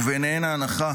וביניהן ההנחה